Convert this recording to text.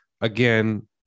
again